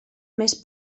més